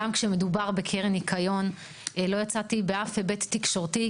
גם כשמדובר בקרן ניקיון לא יצאתי באף היבט תקשורתי,